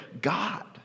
God